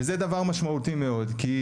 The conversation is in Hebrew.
וזה דבר משמעותי מאוד, כי